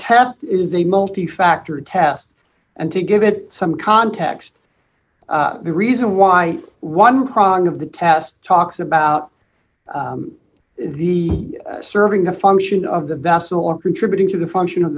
test is a multi factor test and to give it some context the reason why one prong of the test talks about the serving the function of the vessel or contributing to the function o